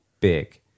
big